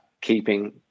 keeping